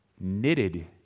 knitted